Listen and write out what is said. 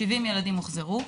70 ילדים הוחזרו.